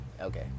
Okay